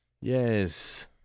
Yes